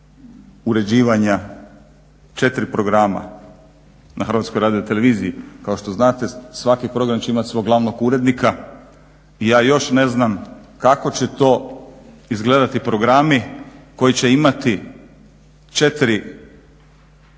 uređivanja četiri programa na HRT-a kao što znate, svaki program će imat svog glavnog urednika, ja još ne znam kako će to izgledati programi koji će imati četiri znači